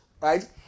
Right